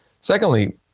Secondly